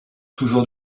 toujours